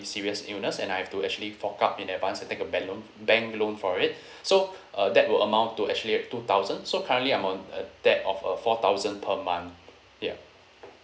serious illness and I have to actually fork out in advance I take a bank loan bank loan for it so uh that will amount to actually two thousand so currently I'm on uh debt of a four thousand per month yup